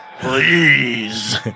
please